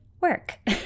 work